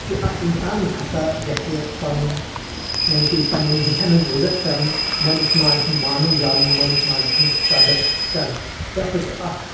کہِ اکھ انسان ہسا گژھہِ پنُن یعنی کہِ پننٮ۪ن زِچھٮ۪ن ہنٛز عزت کرُن مٲلِس ماجہِ ہُنٛد مانُن زانُن مٲلِس ماجہِ ہِنٛز قدٕر کرٕنۍ یہِ ہسا چھُ اکھ